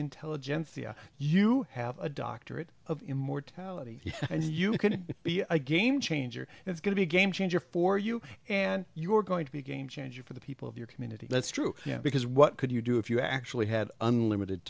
intelligentsia you have a doctorate of immortality and you can be a game changer and it's going to be game changer for you and you're going to be a game changer for the people of your community that's true because what could you do if you actually had unlimited